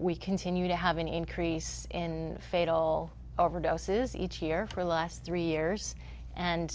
we continue to have an increase in fatal overdoses each year for the last three years and